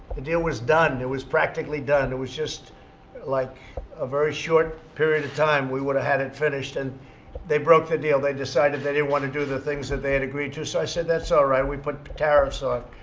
the deal was done. it was practically done. it was just like a very short period of time, we would've had it finished. and they broke the deal. they decided they didn't want to do the things that they had agreed to. so i said, that's all right. we put tariffs on.